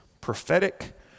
prophetic